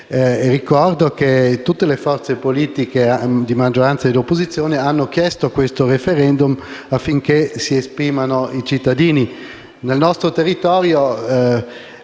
Ricordo che tutte le forze politiche di maggioranza e di opposizione hanno chiesto il *referendum* affinché si esprimessero i cittadini.